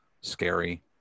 scary